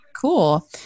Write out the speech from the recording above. Cool